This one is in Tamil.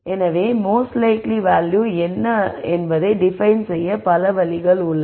எனவே மோஸ்ட் லைக்லி வேல்யூ என்ன என்பதை டிபைன் செய்ய பல வழிகள் உள்ளன